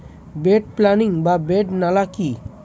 Bed planting বা bed নালা কি?